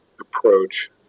approach